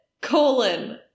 colon